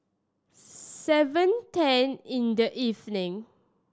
seven ten in the evening